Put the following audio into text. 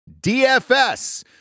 DFS